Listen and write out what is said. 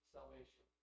Salvation